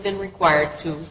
been required to